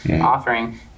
offering